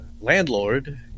landlord